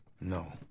No